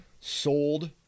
sold